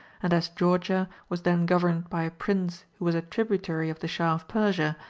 and as georgia was then governed by a prince who was a tributary of the shah of persia,